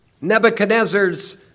Nebuchadnezzar's